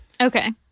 Okay